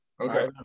Okay